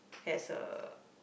has a